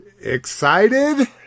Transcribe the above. Excited